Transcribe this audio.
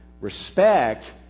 Respect